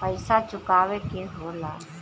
पइसा चुकावे के होला